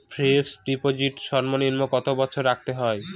Fixed deposit সর্বনিম্ন কত বছর রাখতে হয়?